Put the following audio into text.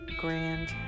Grand